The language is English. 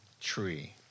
tree